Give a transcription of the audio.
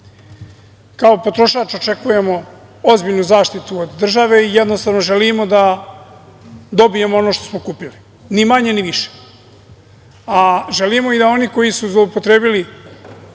potrošač, očekujemo ozbiljnu zaštitu od države i jednostavno želimo da dobijemo ono što smo kupili, ni manje ni više, a želimo da oni koji su zloupotrebili